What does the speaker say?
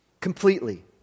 Completely